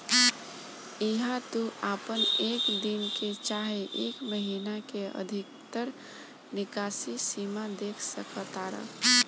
इहा तू आपन एक दिन के चाहे एक महीने के अधिकतर निकासी सीमा देख सकतार